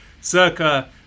circa